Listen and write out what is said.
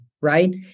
Right